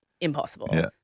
impossible